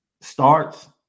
starts